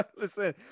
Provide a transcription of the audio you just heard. Listen